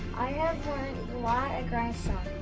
i have learned a lot at grindstone.